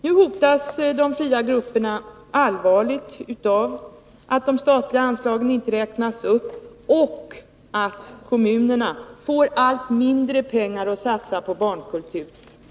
Nu hotas de fria grupperna allvarligt av att de statliga anslagen inte räknas upp och av att kommunerna får allt mindre pengar att satsa på barnkultur.